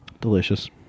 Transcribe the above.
delicious